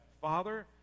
Father